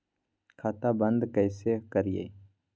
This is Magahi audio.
खाता बंद कैसे करिए?